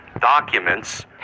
documents